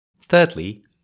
Thirdly